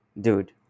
dude